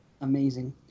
Amazing